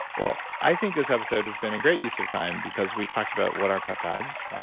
well, i think this episode has been a great use of time because we talked about what are peptides,